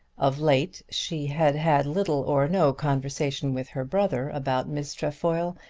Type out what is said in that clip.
of late she had had little or no conversation with her brother about miss trefoil,